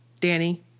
Danny